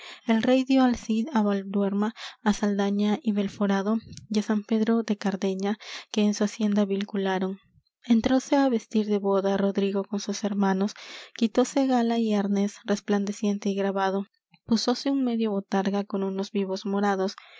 el rey dió al cid á valduerna á saldaña y belforado y á san pedro de cardeña que en su hacienda vincularon entróse á vestir de boda rodrigo con sus hermanos quitóse gala y arnés resplandeciente y grabado púsose un medio botarga con unos vivos morados